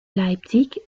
leipzig